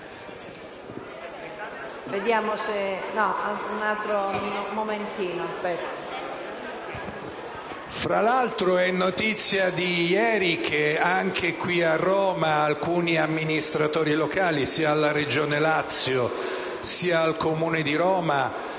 Fra l'altro, è notizia di ieri che anche qui a Roma alcuni amministratori locali, sia della Regione Lazio, sia del Comune di Roma,